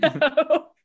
no